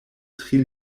tri